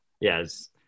Yes